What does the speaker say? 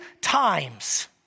times